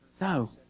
No